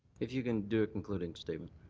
if you can do a concluding statement.